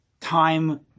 Time